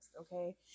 Okay